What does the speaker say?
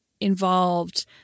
involved